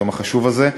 היום החשוב הזה.